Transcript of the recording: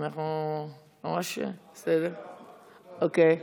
אנחנו ממש, בסדר, אוקיי.